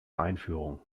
einführung